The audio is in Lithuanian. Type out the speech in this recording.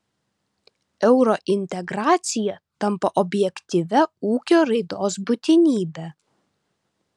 eurointegracija tampa objektyvia ūkio raidos būtinybe